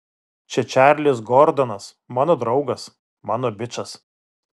čia čarlis gordonas mano draugas mano bičas